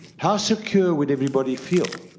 how secure would everybody feel?